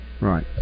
Right